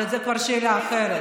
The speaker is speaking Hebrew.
אבל זו כבר שאלה אחרת.